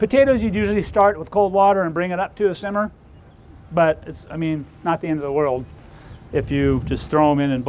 potatoes you'd usually start with cold water and bring it up to a simmer but it's i mean not in the world if you just throw them in and